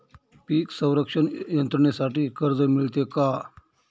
पीक संरक्षण यंत्रणेसाठी कर्ज मिळते का?